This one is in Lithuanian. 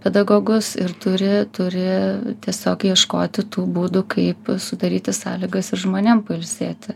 pedagogus ir turi turi tiesiog ieškoti tų būdų kaip sudaryti sąlygas ir žmonėm pailsėti